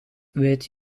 with